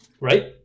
right